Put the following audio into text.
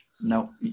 No